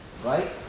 Right